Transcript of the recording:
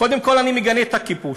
קודם כול, אני מגנה את הכיבוש.